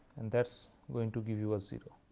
and that is going to give you a zero.